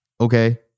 okay